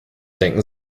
denken